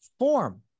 form